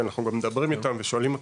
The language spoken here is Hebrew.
כי אנחנו מדברים איתם ושואלים אותם,